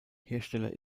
hersteller